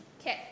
okay